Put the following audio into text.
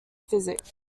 physics